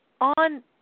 on